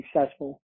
successful